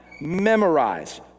memorize